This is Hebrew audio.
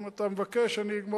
אם אתה מבקש, אני אגמור.